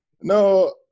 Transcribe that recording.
No